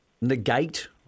negate